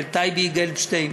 לטייבי גלבשטיין,